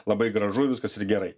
labai gražu viskas yra gerai